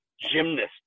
gymnast